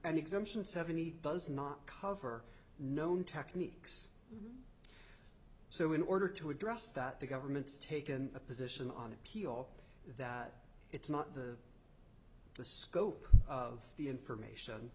an exemption seventy does not cover known techniques so in order to address that the government's taken a position on appeal that it's not the the scope of the information